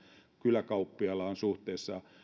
kyläkauppiailla on suhteessa